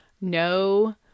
No